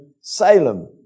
Salem